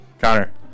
Connor